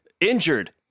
injured